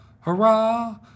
hurrah